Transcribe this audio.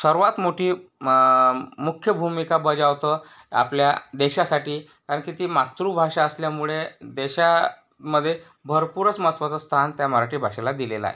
सर्वात मोठी मं मुख्य भूमिका बजावतं आपल्या देशासाठी कारण की ती मातृभाषा असल्यामुळे देशामध्ये भरपूरच महत्त्वाचं स्थान त्या मराठी भाषेला दिलेलं आहे